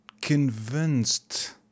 convinced